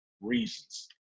reasons